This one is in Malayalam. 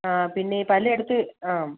ആ പിന്നെ ഈ പല്ലെടുത്ത് ആ